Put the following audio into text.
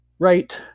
right